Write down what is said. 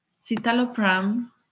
citalopram